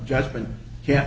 judgment yeah